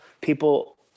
people